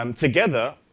um together,